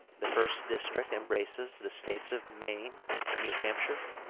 the first district embraces the states of maine, new hampshire,